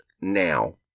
now